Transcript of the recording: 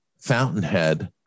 fountainhead